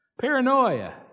Paranoia